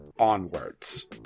Onwards